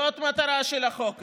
זאת המטרה של החוק הזה.